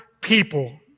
people